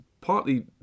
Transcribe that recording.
partly